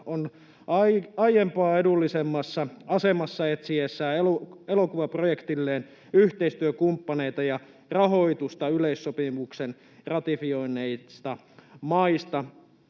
on aiempaa edullisemmassa asemassa etsiessään elokuvaprojektilleen yhteistyökumppaneita ja rahoitusta yleissopimuksen ratifioineista maista.